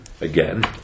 again